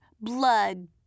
blood